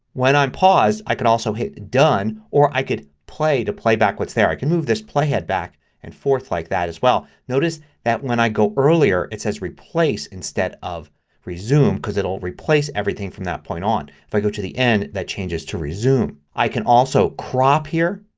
when i'm paused i can also hit done or i can hit play to playback what's there. i can move this playhead back and forth like that as well. notice that when i go earlier it says replace instead of resume because it'll replace everything from that point on. if i go to the end that changes to resume. i can also crop here.